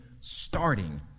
starting